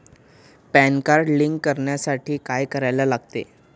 Pan card link करण्यासाठी काय करायला लागते?